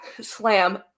slam